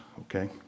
okay